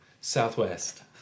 Southwest